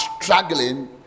struggling